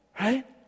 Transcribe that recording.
right